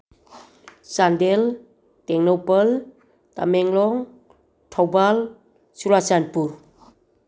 Chandel Tengnoupal Tamenglong Thoubal Churachandpur